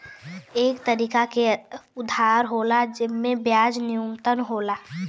एक तरीके के उधार होला जिम्मे ब्याज न्यूनतम होला